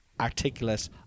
articulate